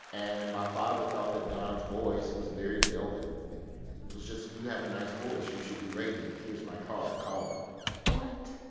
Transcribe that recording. and my father thought that don's voice was very velvet. it was just you have a nice voice. you should do radio. here's my card. call me what?